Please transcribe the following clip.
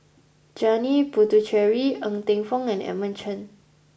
Janil Puthucheary Ng Teng Fong and Edmund Chen